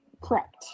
Correct